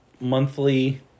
Monthly